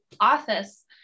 office